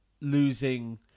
losing